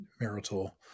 marital